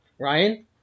Ryan